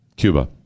Cuba